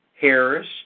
Harris